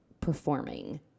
performing